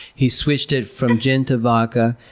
he switched it from gin to vodka,